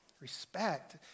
Respect